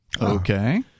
Okay